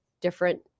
different